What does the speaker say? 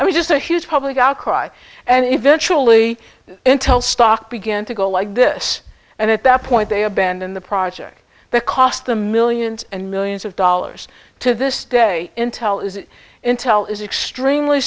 mean just a huge public outcry and eventually intel stock began to go like this and at that point they abandon the project that cost them millions and millions of dollars to this day intel is intel is extremely